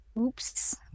Oops